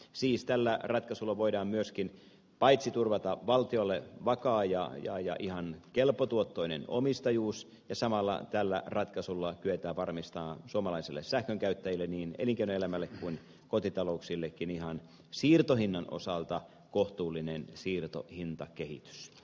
siis tällä ratkaisulla voidaan turvata valtiolle vakaa ja ihan kelpotuottoinen omistajuus ja samalla tällä ratkaisulla kyetään varmistamaan suomalaisille sähkönkäyttäjille niin elinkeinoelämälle kuin kotitalouksillekin siirtohinnan osalta ihan kohtuullinen siirtohintakehitys